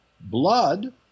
blood